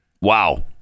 Wow